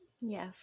Yes